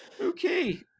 okay